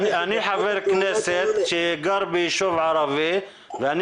אני חבר כנסת שגר ביישוב ערבי ואני